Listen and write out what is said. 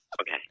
Okay